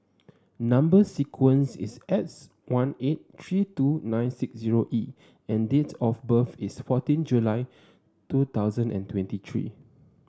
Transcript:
number sequence is S one eight three two nine six zero E and dates of birth is fourteen July two thousand and twenty three